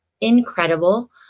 incredible